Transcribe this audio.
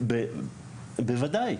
בוודאי,